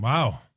Wow